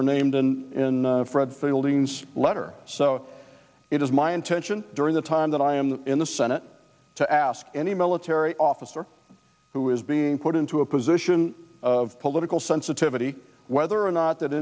were named in fred fielding letter so it is my intention during the time that i am in the senate to ask any military officer who is being put into a position of political sensitivity whether or not that